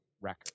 record